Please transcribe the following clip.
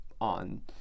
on